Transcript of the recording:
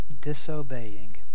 disobeying